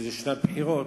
שזו שנת בחירות,